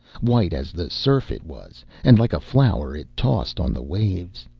white as the surf it was, and like a flower it tossed on the waves.